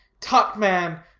tut, man!